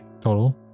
total